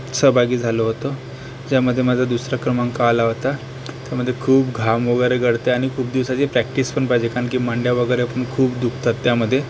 सहभागी झालो होतो त्यामध्ये माझा दुसरा क्रमांक आला होता त्यामध्ये खूप घाम वगैरे गळते आणि खूप दिवसाची प्रॅक्टीस पण पाहिजे कान की मांड्या वगैरे पण खूप दुखतात त्यामध्ये